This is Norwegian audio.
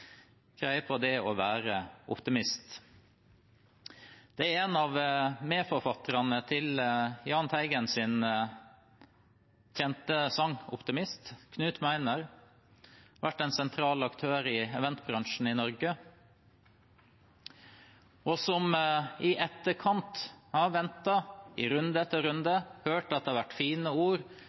på det å være optimist, er en av medforfatterne til Jahn Teigens kjente sang «Optimist», Knut Meiner. Han har vært en sentral aktør i eventbransjen i Norge. Han har ventet i runde etter runde, hørt at det har vært fine ord